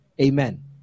Amen